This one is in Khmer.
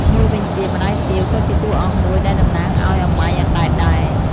មួយវិញទៀត ម្តាយទាវ ក៏ជាតួអង្គមួយដែលតំណាងឲ្យ "អំបែងអណ្ដែត" ដែរ។